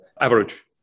average